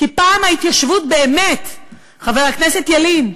כי פעם ההתיישבות באמת, חבר הכנסת ילין,